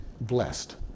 blessed